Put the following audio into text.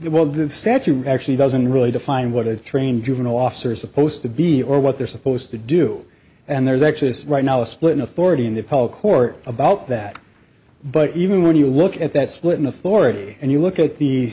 world the statute actually doesn't really define what a trained juvenile officer supposed to be or what they're supposed to do and there's actually this right now a split authority in the paul court about that but even when you look at that split in authority and you look at the